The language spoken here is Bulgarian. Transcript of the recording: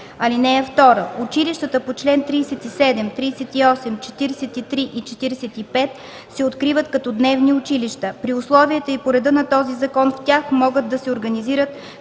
(2) Училищата по чл. 37, 38, 43 и 45 се откриват като дневни училища. При условията и по реда на този закон в тях могат да се организират